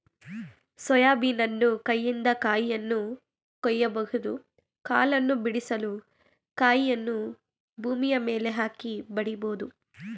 soya ಬೀನನ್ನು ಕೈಯಿಂದ ಕಾಯಿಯನ್ನು ಕೊಯ್ಯಬಹುದು ಕಾಳನ್ನು ಬಿಡಿಸಲು ಕಾಯಿಯನ್ನು ಭೂಮಿಯ ಮೇಲೆ ಹಾಕಿ ಬಡಿಬೋದು